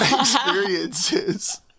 experiences